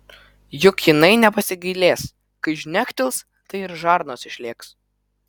juk jinai nepasigailės kai žnektels tai ir žarnos išlėks